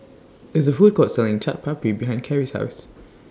There IS A Food Court Selling Chaat Papri behind Cary's House